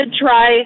try